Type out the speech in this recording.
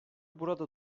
burada